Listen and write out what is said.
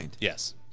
Yes